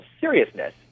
seriousness